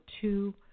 two